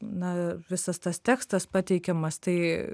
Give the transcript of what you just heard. na visas tas tekstas pateikiamas tai